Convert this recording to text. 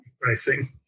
pricing